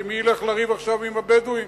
כי מי ילך לריב עכשיו עם הבדואים?